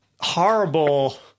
horrible